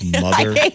mother